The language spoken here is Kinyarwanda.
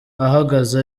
ahagaze